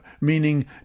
meaning